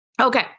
Okay